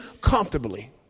comfortably